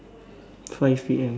five P_M